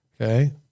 Okay